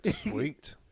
Sweet